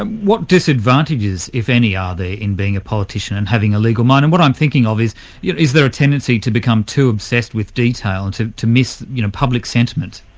and what disadvantages, if any, are there in being a politician and having a legal mind? and what i'm thinking of is, you know is there a tendency to become too obsessed with detail and to miss you know public sentiment?